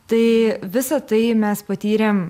tai visa tai mes patyrėm